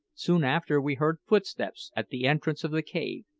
soon after we heard footsteps at the entrance of the cave,